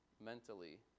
mentally